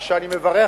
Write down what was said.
ואני מברך,